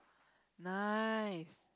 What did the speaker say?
nice